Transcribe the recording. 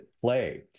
play